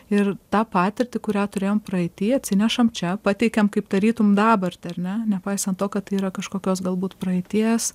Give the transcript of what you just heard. ir tą patirtį kurią turėjom praeity atsinešam čia pateikiam kaip tarytum dabartį ar ne nepaisant to kad tai yra kažkokios galbūt praeities